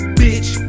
bitch